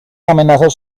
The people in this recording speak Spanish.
amenazas